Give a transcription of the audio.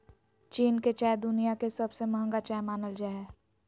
चीन के चाय दुनिया के सबसे महंगा चाय मानल जा हय